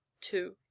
two